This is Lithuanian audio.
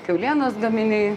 kiaulienos gaminiai